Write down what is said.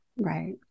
Right